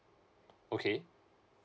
okay